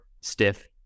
stiff